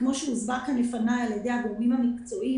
כמו שהוסבר כאן לפני על-ידי הגורמים המקצועיים,